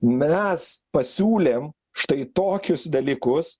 mes pasiūlėm štai tokius dalykus